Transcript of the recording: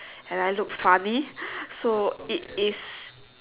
and I look funny so it is